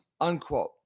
Unquote